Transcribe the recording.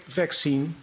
vaccine